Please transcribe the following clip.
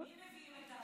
למי מביאים את ההחלטה?